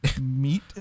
Meat